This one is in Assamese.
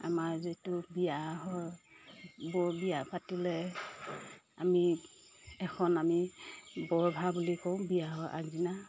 আমাৰ যিটো বিয়াৰ বৰ বিয়া পাতিলে আমি এখন আমি বৰ্ভা বুলি কওঁ বিয়া হোৱা আগ দিনা